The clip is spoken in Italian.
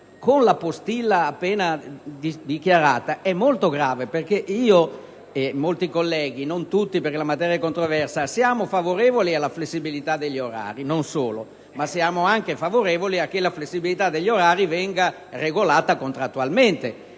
con l'emendamento 5.202, è molto grave. Io e molti colleghi - non tutti perché la materia è controversa - siamo favorevoli alla flessibilità degli orari; non solo, ma siamo anche favorevoli a che la flessibilità degli orari sia regolata contrattualmente.